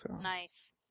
Nice